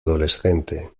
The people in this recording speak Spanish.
adolescente